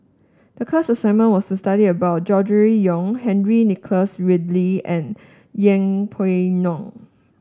the class assignment was to study about Gregory Yong Henry Nicholas Ridley and Yeng Pway Ngon